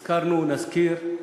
הזכרנו, נזכיר.